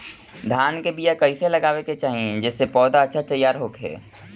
धान के बीया कइसे लगावे के चाही जेसे पौधा अच्छा तैयार होखे?